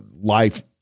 life